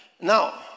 Now